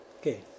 Okay